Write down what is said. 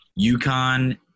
UConn